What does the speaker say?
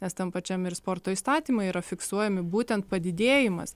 nes tam pačiam ir sporto įstatymai yra fiksuojami būtent padidėjimas